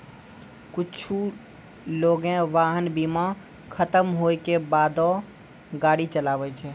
कुछु लोगें वाहन बीमा खतम होय के बादो गाड़ी चलाबै छै